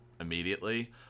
immediately